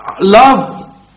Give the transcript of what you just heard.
love